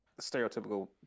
stereotypical